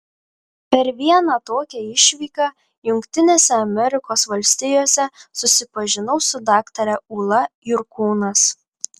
per vieną tokią išvyką jungtinėse amerikos valstijose susipažinau su daktare ūla jurkūnas